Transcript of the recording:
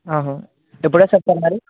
ఎప్పుడు వస్తారు సార్ మరి